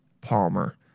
Palmer